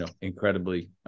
incredibly